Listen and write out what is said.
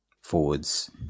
forwards